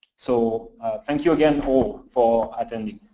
so thank you again for for attending.